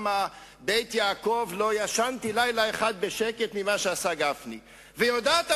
לא ישנתי לילה אחד בשקט ממה שגפני עשה.